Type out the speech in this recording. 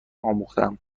آموختهام